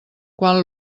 quan